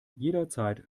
jederzeit